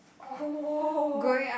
oh